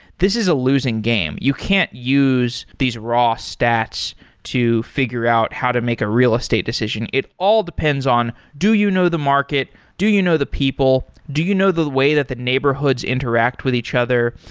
this is a losing game. you can't use these raw stats to figure out how to make a real estate decisions. it all depends on, do you know the market? do you know the people? do you know the way that the neighborhoods interact with each other?